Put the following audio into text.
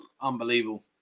unbelievable